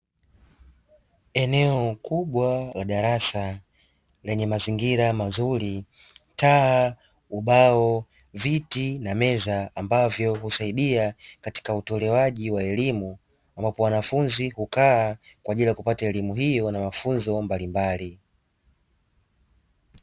Eneo kubwa la darasa lenye mazingira mazuri, viti, taa, madawati, ubao na meza ambavyo husaidia kwenye utolewaji wa elimu. Wanafunzi hukaa ili kupata kwa ajili ya kupata elimu hiyo na mafunzo mbalimbali.